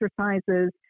exercises